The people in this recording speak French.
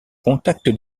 contacts